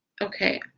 okay